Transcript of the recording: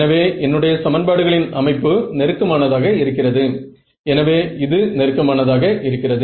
இந்த முடிவுகள் திருப்திகரமானதாக இல்லை என்று நீங்கள் சொல்ல முடியும்